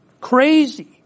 crazy